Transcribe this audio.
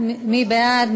מי בעד?